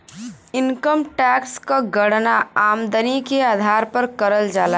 income tax क गणना आमदनी के आधार पर करल जाला